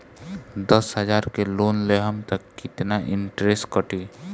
दस हजार के लोन लेहम त कितना इनट्रेस कटी?